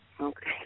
okay